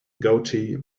goatee